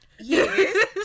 yes